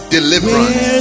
Deliverance